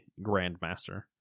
Grandmaster